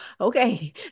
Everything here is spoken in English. okay